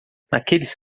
naqueles